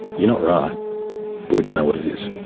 you're not right but we don't know what it is.